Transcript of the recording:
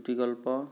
চুটিগল্প